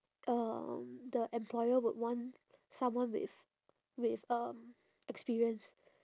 um the employer would want someone with with um experience